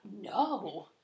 No